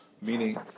Meaning